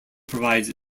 provides